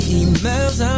emails